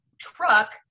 truck